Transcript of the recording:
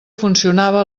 funcionava